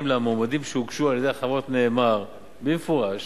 למועמדים שהוגשו על-ידי החברות נאמר במפורש